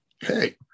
Hey